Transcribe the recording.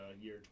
year